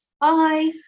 Bye